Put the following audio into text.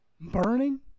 burning